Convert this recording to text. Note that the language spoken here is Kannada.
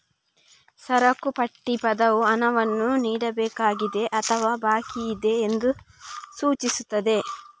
ಸರಕು ಪಟ್ಟಿ ಪದವು ಹಣವನ್ನು ನೀಡಬೇಕಾಗಿದೆ ಅಥವಾ ಬಾಕಿಯಿದೆ ಎಂದು ಸೂಚಿಸುತ್ತದೆ